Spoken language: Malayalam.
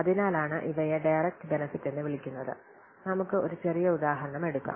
അതിനാലാണ് ഇവയെ ഡയറക്റ്റ് ബെനെഫിറ്റ് എന്ന് വിളിക്കുന്നത് നമുക്ക് ഒരു ചെറിയ ഉദാഹരണം എടുക്കാം